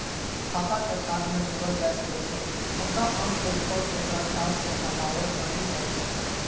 खाता कें चार्ट मे जोड़ल जा सकै छै, मुदा आम तौर पर ओकरा चार्ट सं हटाओल नहि जाइ छै